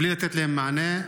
בלי לתת להם מענה.